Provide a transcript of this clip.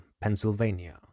Pennsylvania